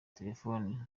terefone